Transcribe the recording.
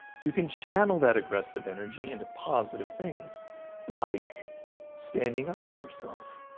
you can channel that aggressive energy into positive things like standing up for yourself